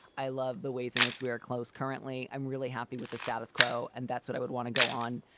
i love the ways in which we are close currently. i'm really happy with the status quo and that's what i would want to go on.